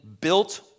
built